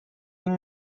این